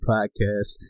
Podcast